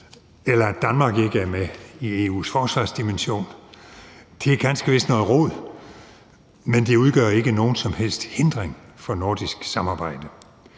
og at Danmark ikke er med i EU's forsvarsdimension. Det er ganske vist noget rod, men det udgør ikke nogen som helst hindring for nordisk samarbejde.